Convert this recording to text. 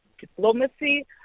diplomacy